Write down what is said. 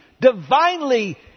divinely